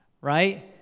right